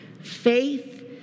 faith